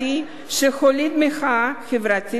שהוליד מחאה חברתית רחבה,